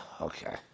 Okay